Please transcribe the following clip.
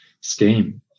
scheme